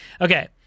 Okay